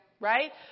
Right